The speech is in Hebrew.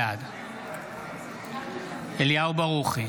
בעד אליהו ברוכי,